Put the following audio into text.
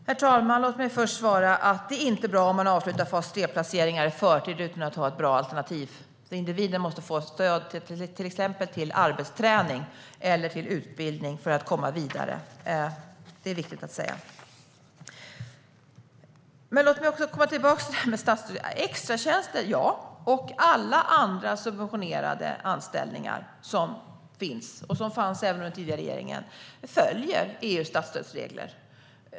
Herr talman! Låt mig först svara. Det är inte bra om man avslutar fas 3-placeringar i förtid utan att ha ett bra alternativ. Individen måste få stöd, till exempel till arbetsträning eller till utbildning, för att komma vidare. Detta är viktigt att säga. Låt mig också komma tillbaka till detta med statsstöd. Extratjänster och alla andra subventionerade anställningar som finns eller som fanns under den tidigare regeringen följer EU:s statsstödsregler.